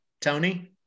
Tony